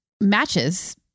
Matches